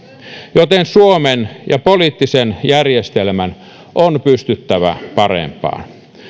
joten suomen ja poliittisen järjestelmän on pystyttävä parempaan